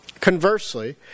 Conversely